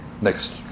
next